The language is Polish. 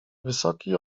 wysoki